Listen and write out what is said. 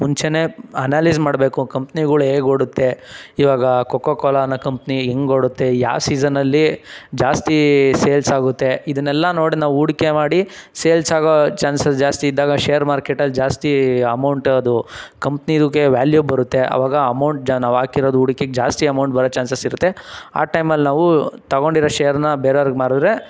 ಮುಂಚೆಯೇ ಅನಾಲಿಸ್ ಮಾಡಬೇಕು ಕಂಪ್ನಿಗಳು ಹೇಗ್ ಓಡುತ್ತೆ ಇವಾಗ ಕೋಕೋ ಕೋಲ ಅನ್ನೋ ಕಂಪ್ನಿ ಹೆಂಗ್ ಓಡುತ್ತೆ ಯಾವ ಸೀಸನಲ್ಲಿ ಜಾಸ್ತಿ ಸೇಲ್ಸ್ ಆಗುತ್ತೆ ಇದನ್ನೆಲ್ಲ ನೋಡಿ ನಾವು ಹೂಡ್ಕೆ ಮಾಡಿ ಸೇಲ್ಸ್ ಆಗೋ ಚಾನ್ಸಸ್ ಜಾಸ್ತಿ ಇದ್ದಾಗ ಶೇರ್ ಮಾರ್ಕೆಟಲ್ಲಿ ಜಾಸ್ತಿ ಅಮೌಂಟ್ ಅದು ಕಂಪ್ನಿದುಗೆ ವ್ಯಾಲ್ಯೂ ಬರುತ್ತೆ ಅವಾಗ ಅಮೌಂಟ್ ನಾವು ಹಾಕಿರೋದು ಹೂಡ್ಕಿಗೆ ಜಾಸ್ತಿ ಅಮೌಂಟ್ ಬರೋ ಚಾನ್ಸಸ್ ಇರುತ್ತೆ ಆ ಟೈಮಲ್ಲಿ ನಾವು ತಗೊಂಡಿರೋ ಶೇರನ್ನ ಬೇರೆವ್ರಗೆ ಮಾರಿದ್ರೆ